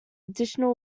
additional